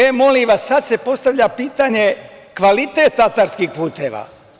E, molim vas, sada se postavlja pitanje – kvalitet atarskih puteva?